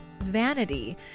vanity